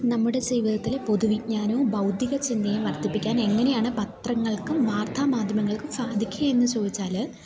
നമ്മുടെ ജീവിതത്തില് പൊതുവിജ്ഞാനവും ബൗധികചിന്തയും വർദ്ധിപ്പിക്കാൻ എങ്ങനെയാണ് പത്രങ്ങൾക്കും വാർത്താമാദ്ധ്യമങ്ങൾക്കും സാധിക്കുകയെന്ന് ചോദിച്ചാല്